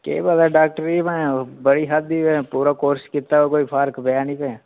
केह् पता डाक्टर जी भैं बड़ी खाद्धी भैं पूरा कोर्स कीता कोई फर्क पेआ निं भैं